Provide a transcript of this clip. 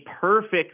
perfect